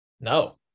No